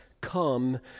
come